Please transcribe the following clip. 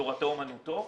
תורתו אמנותו.